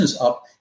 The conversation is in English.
up